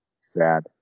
Sad